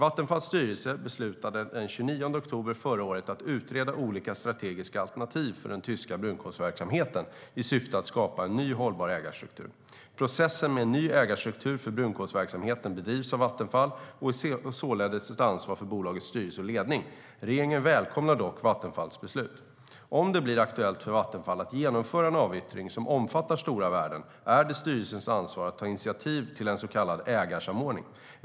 Vattenfalls styrelse beslutade den 29 oktober förra året att utreda olika strategiska alternativ för den tyska brunkolsverksamheten i syfte att skapa en ny hållbar ägarstruktur. Processen med en ny ägarstruktur för brunkolsverksamheten bedrivs av Vattenfall och är således ett ansvar för bolagets styrelse och ledning. Regeringen välkomnar dock Vattenfalls beslut. Om det blir aktuellt för Vattenfall att genomföra en avyttring som omfattar stora värden är det styrelsens ansvar att ta initiativ till en så kallad ägarsamordning.